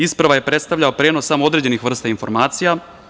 Isprva je predstavljao prenos samo određenih vrsta informacija.